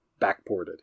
backported